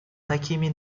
такими